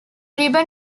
ribbon